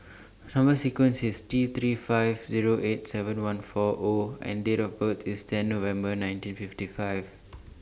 Number sequence IS T three five Zero eight seven one four O and Date of birth IS ten November nineteen fifty five